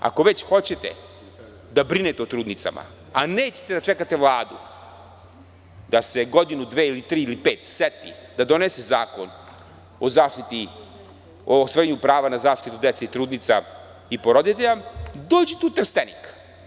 Ako već hoćete da brinete o trudnicama, a nećete da čekate Vladu da se godinu, dve, tri ili pet seti da donese zakon o ostvarenju prava na zaštitu dece i trudnica i porodilja, dođite u Trstenik.